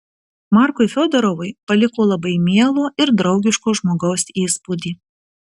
markui fiodorovui paliko labai mielo ir draugiško žmogaus įspūdį